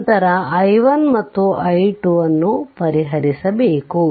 ನಂತರ i1 ಮತ್ತು i2 ಅನ್ನು ಪರಿಹರಿಸಬೇಕು